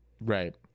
Right